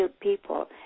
people